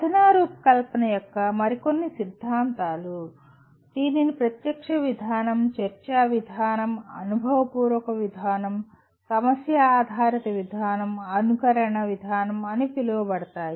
బోధనా రూపకల్పన యొక్క మరికొన్ని సిద్ధాంతాలు దీనిని ప్రత్యక్ష విధానం చర్చా విధానం అనుభవపూర్వక విధానం సమస్య ఆధారిత విధానం అనుకరణ విధానం అని పిలువబడతాయి